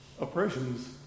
oppressions